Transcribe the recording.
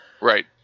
Right